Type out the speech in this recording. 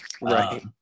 right